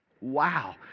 Wow